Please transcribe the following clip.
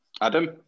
Adam